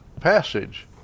passage